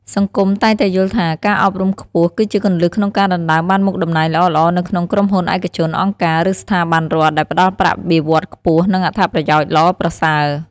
សង្គមតែងតែយល់ថា ការអប់រំខ្ពស់គឺជាគន្លឹះក្នុងការដណ្តើមបានមុខតំណែងល្អៗនៅក្នុងក្រុមហ៊ុនឯកជន អង្គការ ឬស្ថាប័នរដ្ឋ ដែលផ្តល់ប្រាក់បៀវត្សខ្ពស់ និងអត្ថប្រយោជន៍ល្អប្រសើរ។